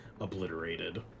obliterated